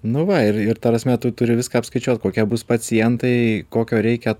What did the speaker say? nu va ir ir ta prasme tu turi viską apskaičiuot kokie bus pacientai kokio reikia